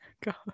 God